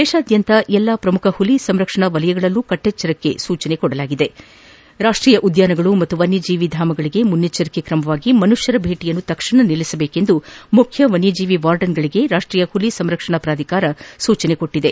ದೇಶಾದ್ಯಂತ ಎಲ್ಲ ಶ್ರಮುಖ ಹುಲ ಸಂರಕ್ಷಣಾ ವಲಯಗಳಲ್ಲೂ ಕಟ್ಷೆಚ್ಚರ ವಹಿಸಬೇಕು ರಾಷ್ಷೀಯ ಉದ್ಘಾನಗಳು ಮತ್ತು ವನ್ನಜೀವಿ ಧಾಮಗಳಗೆ ಮುನ್ನೆಚ್ಚರಿಕೆ ತ್ರಮವಾಗಿ ಮನುಷ್ಕರ ಭೇಟಿಯನ್ನು ತಕ್ಷಣ ನಿಲ್ಲಿಸಬೆಕು ಎಂದು ಮುಖ್ಯ ವನ್ನಜೀವಿ ವಾರ್ಡನ್ಗಳಿಗೆ ರಾಷ್ಷೀಯ ಹುಲಿ ಸಂರಕ್ಷಣಾ ಪ್ರಾಧಿಕಾರ ಸೂಚಿಸಿದೆ